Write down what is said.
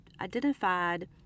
identified